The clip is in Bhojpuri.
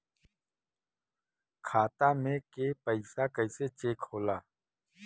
खाता में के पैसा कैसे चेक होला?